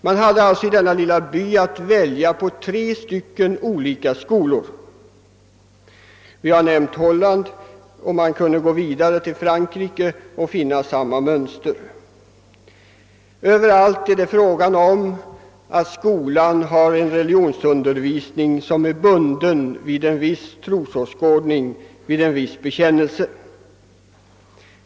Man hade alltså i denna lilla by att välja på tre olika skolor. Vi har nämnt Holland, och vi kunde gå vidare till Frankrike och där finna samma mönster. Överallt har skolan en religionsundervisning som är bunden vid en viss trosåskådning, en viss bekännelse.